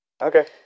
Okay